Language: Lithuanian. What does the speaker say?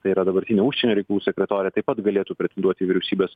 tai yra dabartinė užsienio reikalų sekretorė taip pat galėtų pretenduoti į vyriausybės